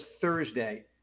Thursday